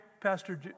Pastor